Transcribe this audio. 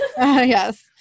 Yes